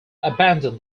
abandon